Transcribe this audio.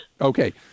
Okay